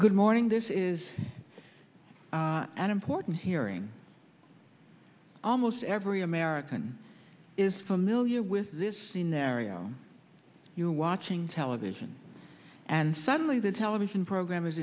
good morning this is an important hearing almost every american is familiar with this scenario you're watching television and suddenly the television program is